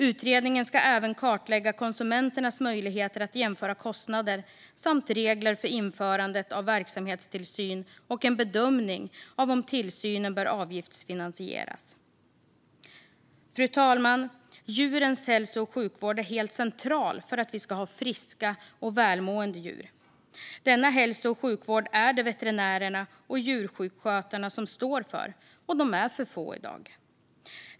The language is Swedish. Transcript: Utredningen ska även kartlägga konsumenternas möjligheter att jämföra kostnader samt regler för införandet av verksamhetstillsyn och en bedömning av om tillsynen bör avgiftsfinansieras. Fru talman! Djurens hälso och sjukvård är helt central för att vi ska ha friska och välmående djur. Denna hälso och sjukvård är det veterinärerna och djursjukskötarna som står för, och de är för få i dag.